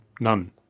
none